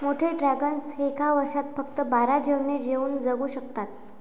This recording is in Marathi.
मोठे ड्रॅगन्स एका वर्षात फक्त बारा जेवणे जेवून जगू शकतात